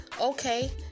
okay